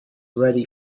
ready